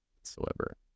whatsoever